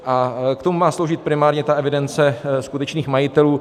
K tomu má sloužit primárně evidence skutečných majitelů.